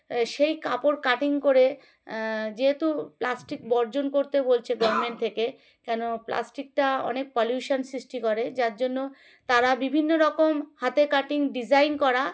সেই কাপড় কাটিং করে যেহেতু প্লাস্টিক বর্জন করতে বলছে গভর্নমেন্ট থেকে কেন প্লাস্টিকটা অনেক পলিউশান সৃষ্টি করে যার জন্য তারা বিভিন্ন রকম হাতে কাটিং ডিজাইন করা